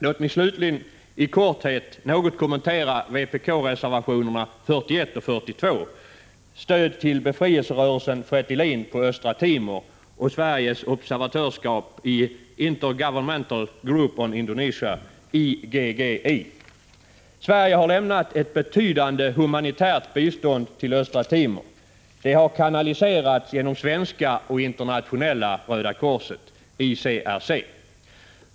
Låt mig i korthet något kommentera vpk-reservationerna 41 och 42 om stöd till befrielserörelsen FRETILIN i Östra Timor och Sveriges observatörskap i Intergovernmental Group on Indonesia, IGGI. Sverige har lämnat ett betydande humanitärt bistånd till Östra Timor. Det har kanaliserats genom svenska och internationella Röda korset, ICRC.